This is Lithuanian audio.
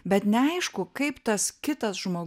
bet neaišku kaip tas kitas žmo